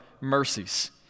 mercies